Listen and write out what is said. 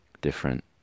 different